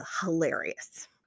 hilarious